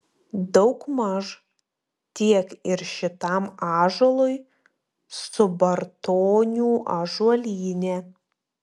daugmaž tiek ir šitam ąžuolui subartonių ąžuolyne